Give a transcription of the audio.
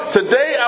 Today